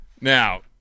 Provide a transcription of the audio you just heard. Now